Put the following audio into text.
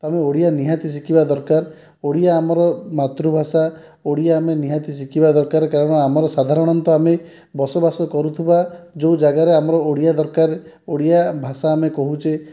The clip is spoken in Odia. ଆମେ ଓଡ଼ିଆ ନିହାତି ଶିଖିବା ଦରକାର ଓଡ଼ିଆ ଆମର ମାତୃଭାଷା ଓଡ଼ିଆ ଆମେ ନିହାତି ଶିଖିବା ଦରକାର କାରଣ ଆମର ସାଧାରଣତଃ ଆମେ ବସବାସ କରୁଥିବା ଯେଉଁ ଜାଗାରେ ଆମର ଓଡ଼ିଆ ଦରକାର ଓଡ଼ିଆ ଭାଷା ଆମେ କହୁଛେ